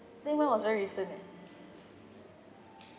think mine was very recent eh